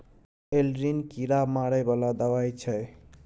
Aldrin कीरा मारै बला दवाई छै